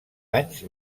anys